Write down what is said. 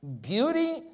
beauty